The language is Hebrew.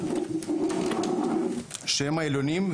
שהם העליונים,